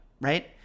right